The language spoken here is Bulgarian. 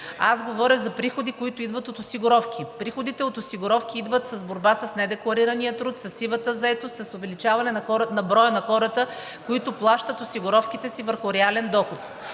аз говоря за приходи, които идват от осигуровки. Приходите от осигуровки идват с борба с недекларирания труд, със сивата заетост, с увеличаване на броя на хората, които плащат осигуровките си върху реален доход.